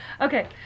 Okay